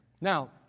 Now